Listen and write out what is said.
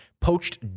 poached